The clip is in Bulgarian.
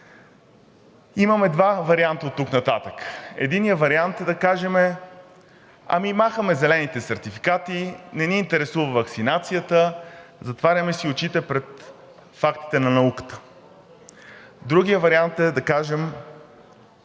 Имаме два варианта оттук нататък. Единият вариант е да кажем: „Махаме зелените сертификати, не ни интересува ваксинацията, затваряме си очите пред фактите на науката.“ Другият вариант е да кажем: